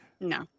no